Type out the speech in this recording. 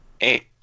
Eight